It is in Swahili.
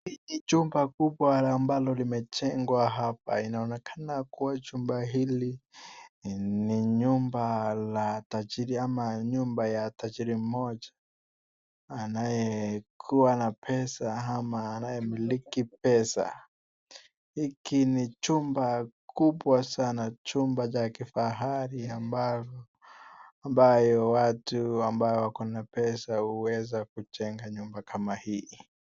Ni jumba kubwa gani ambalo limejengwa hapa. Inaonekana kuwa chumba hili ni nyumba la tajiri ama nyumba ya tajiri mmoja anayekuwa na pesa ama anayemiliki pesa. Hiki ni jumba kubwa sana, jumba cha kifahari ambalo ambayo watu ambao wako na pesa huweza kujenga nyumba kama hii.